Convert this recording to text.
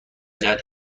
جهت